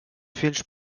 filhos